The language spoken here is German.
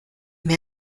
mir